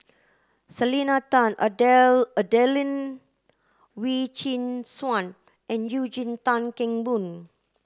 Selena Tan Adelene Wee Chin Suan and Eugene Tan Kheng Boon